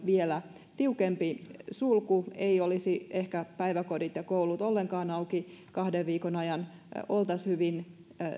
vielä tiukempi sulku ehkä päiväkodit ja koulut eivät olisi ollenkaan auki kahden viikon ajan oltaisiin hyvin